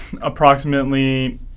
approximately